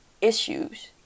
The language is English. issues